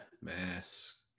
mask